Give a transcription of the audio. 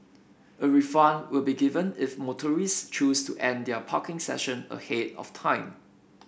a refund will be given if motorist choose to end their parking session ahead of time